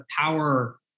power